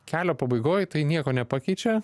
kelio pabaigoj tai nieko nepakeičia